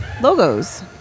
logos